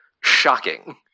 shocking